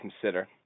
consider